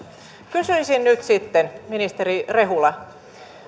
kysyisin nyt sitten ministeri rehula